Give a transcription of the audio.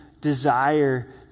desire